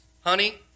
Honey